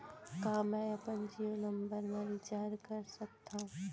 का मैं अपन जीयो नंबर म रिचार्ज कर सकथव?